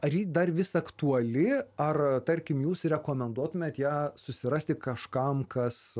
ar ji dar vis aktuali ar tarkim jūs rekomenduotumėt ją susirasti kažkam kas